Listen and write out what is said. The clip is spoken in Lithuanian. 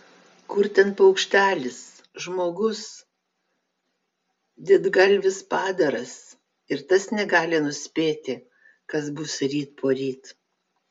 kur ten paukštelis žmogus didgalvis padaras ir tas negali nuspėti kas bus ryt poryt